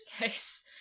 Yes